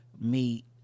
meat